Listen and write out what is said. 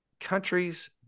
countries